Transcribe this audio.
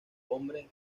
hombre